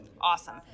Awesome